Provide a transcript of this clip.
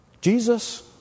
Jesus